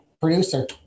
producer